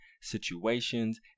situations